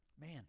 man